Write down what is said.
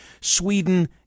Sweden